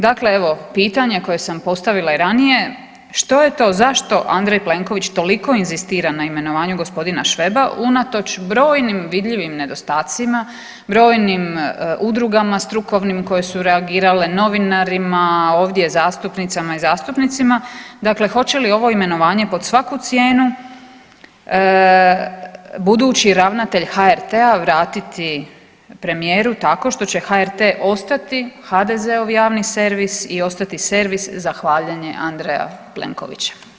Dakle, evo pitanje koje sam postavila i ranije što je to zašto Andrej Plenković toliko inzistira na imenovanju g. Šveba unatoč brojnim vidljivim nedostacima, brojnim udrugama strukovnim koje su reagirale, novinarima, ovdje zastupnicama i zastupnicima, dakle hoće li ovo imenovanje pod svaku cijenu budući ravnatelj HRT-a vratiti premijeru tako što će HRT ostati HDZ-ov javni servis i ostati servis za hvaljenje Andreja Plenkovića.